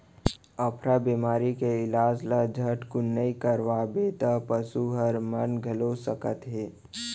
अफरा बेमारी के इलाज ल झटकन नइ करवाबे त पसू हर मन घलौ सकत हे